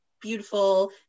beautiful